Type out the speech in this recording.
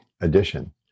edition